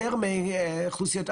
300,000,000 ₪ הושקע,